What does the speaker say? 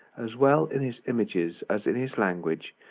as well in his images as in his language,